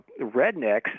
rednecks